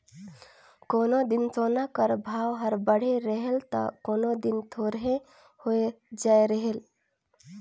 कोनो दिन सोना कर भाव हर बढ़े रहेल ता कोनो दिन थोरहें होए जाए रहेल